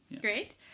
Great